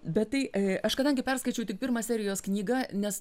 bet tai a aš kadangi perskaičiau tik pirmą serijos knyga nes